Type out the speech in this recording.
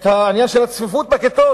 את הצפיפות בכיתות.